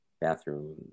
bathroom